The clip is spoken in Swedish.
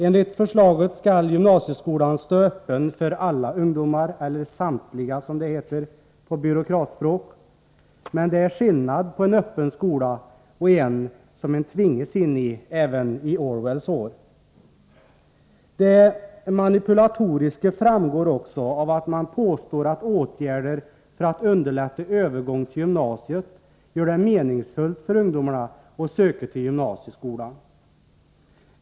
Enligt förslaget skall gymnasieskolan stå öppen för alla ungdomar — eller ”samtliga”, som det heter på byråkratspråk. Men det är skillnad på en öppen skola och en som man tvingas in i — även i Orwells år. Det manipulatoriska framgår också av att man påstår att åtgärder som underlättar övergången till gymnasiet gör det meningsfullt för ungdomarna att söka till gymnasieskolan.